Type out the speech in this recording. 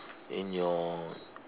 in your